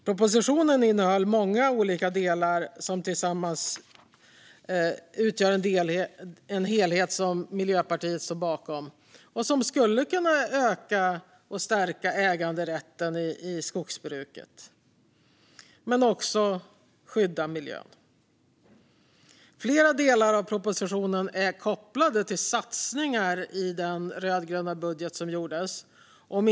Propositionen innehåller många olika delar som tillsammans utgör en helhet som Miljöpartiet står bakom och som skulle kunna öka och stärka äganderätten i skogsbruket men också skydda miljön. Flera delar av propositionen är kopplade till satsningar som gjordes i den rödgröna budgeten.